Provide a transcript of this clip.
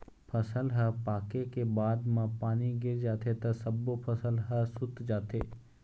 फसल ह पाके के बाद म पानी गिर जाथे त सब्बो फसल ह सूत जाथे